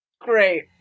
great